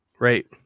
right